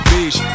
Beach